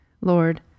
Lord